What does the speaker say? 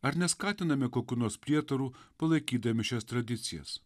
ar neskatiname kokių nors prietarų palaikydami šias tradicijas